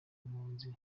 impunzi